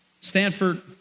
Stanford